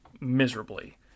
miserably